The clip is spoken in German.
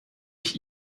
ich